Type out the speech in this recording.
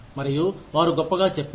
మరియు వారు గొప్పగా చెప్పారు